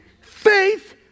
faith